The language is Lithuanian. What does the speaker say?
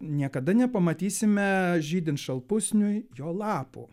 niekada nepamatysime žydint šalpusniui jo lapų